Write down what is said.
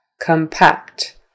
Compact